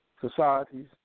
societies